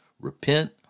Repent